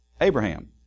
Abraham